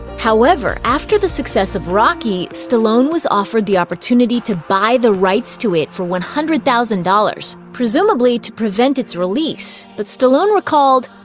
however, after the success of rocky, stallone was offered the opportunity to buy the rights to it for one hundred thousand dollars, presumably to prevent its release. but stallone recalled,